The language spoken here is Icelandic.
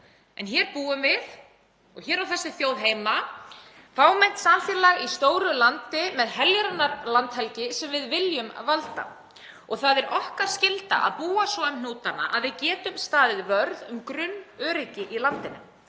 En hér búum við og hér á þessi þjóð heima, fámennt samfélag í stóru landi með heljarinnar landhelgi sem við viljum valda. Það er okkar skylda að búa svo um hnútana að við getum staðið vörð um grunnöryggi í landinu.